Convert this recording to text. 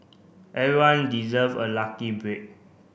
everyone deserve a lucky break